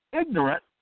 Ignorant